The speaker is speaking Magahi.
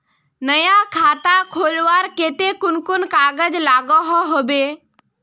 नया खाता खोलवार केते कुन कुन कागज लागोहो होबे?